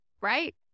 right